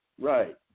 Right